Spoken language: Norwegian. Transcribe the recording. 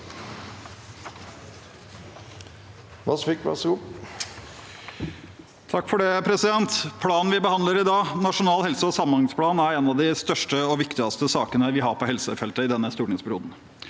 for sak nr. 4): Planen vi behandler i dag, Nasjonal helse- og samhandlingsplan, er en av de største og viktigste sakene vi har på helsefeltet i denne stortingsperioden.